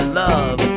love